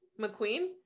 McQueen